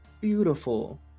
beautiful